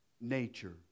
nature